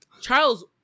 charles